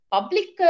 Public